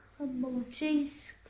emojis